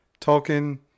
Tolkien